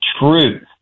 truth